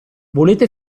volete